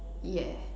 yeah